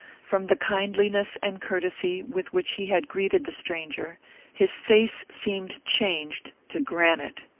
from the kindliness and courtesy with which he had greeted the stranger his face seemed changed to granite,